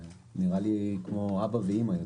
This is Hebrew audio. הצעת החוק הזו נראית לי יותר כמו אבא ואימא.